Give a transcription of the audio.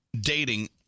dating